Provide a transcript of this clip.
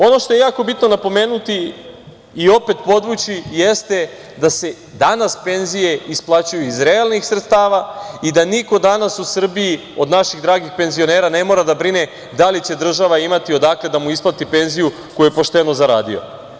Ono što je jako bitno napomenuti i opet podvući jeste da se danas penzije isplaćuju iz realnih sredstava i da niko danas u Srbiji od naših dragih penzionera ne mora da brine da li će država imati odakle da im isplati penziju koju je pošteno zaradio.